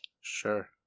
Sure